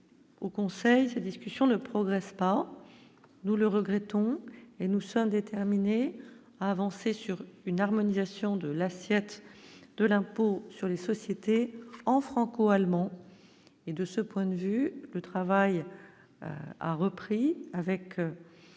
Au conseil cette discussion ne progresse pas, nous le regrettons et nous sommes déterminés à avancer sur une harmonisation de l'assiette de l'impôt sur les sociétés en franco-allemand et de ce point de vue, le travail a repris avec